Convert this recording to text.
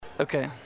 Okay